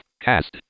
cast